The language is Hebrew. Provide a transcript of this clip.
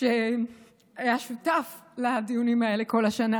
שהיה שותף לדיונים האלה כל השנה.